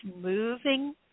moving